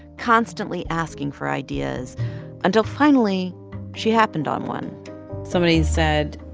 constantly asking for ideas until finally she happened on one somebody said,